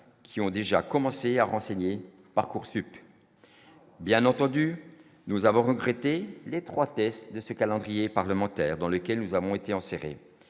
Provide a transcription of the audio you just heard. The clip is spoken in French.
qui ont déjà commencé à renseigner Parcoursup bien entendu, nous avons regretté l'étroitesse de ses calendrier parlementaire dans lequel nous avons été en Syrie,